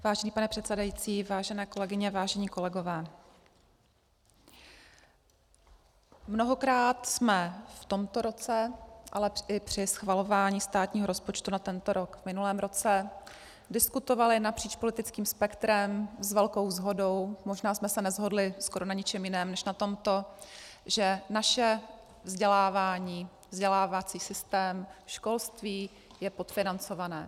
Vážený pane předsedající, vážené kolegyně, vážení kolegové, mnohokrát jsme v tomto roce, ale i při schvalování státního rozpočtu na tento rok v minulém roce, diskutovali napříč politickým spektrem s velkou shodou možná jsme se neshodli skoro na ničem jiném než na tomto že naše vzdělávání, vzdělávací systém, školství je podfinancované.